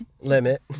limit